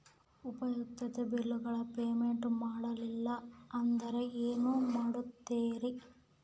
ಉಪಯುಕ್ತತೆ ಬಿಲ್ಲುಗಳ ಪೇಮೆಂಟ್ ಮಾಡಲಿಲ್ಲ ಅಂದರೆ ಏನು ಮಾಡುತ್ತೇರಿ?